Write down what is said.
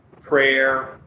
prayer